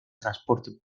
transporte